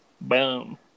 Boom